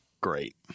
great